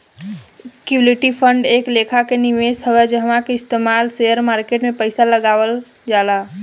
equity fund एक लेखा के निवेश ह जवना के इस्तमाल शेयर मार्केट में पइसा लगावल जाला